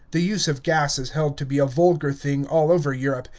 the use of gas is held to be a vulgar thing all over europe,